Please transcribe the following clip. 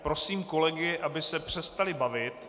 Prosím kolegy, aby se přestali bavit.